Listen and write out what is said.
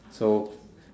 so